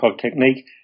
technique